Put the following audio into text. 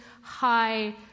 high